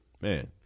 man